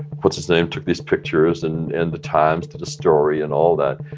puts his name, took these pictures. and and the times did a story and all that.